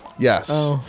Yes